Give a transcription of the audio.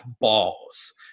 balls